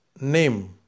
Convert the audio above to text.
name